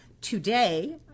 today